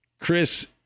Chris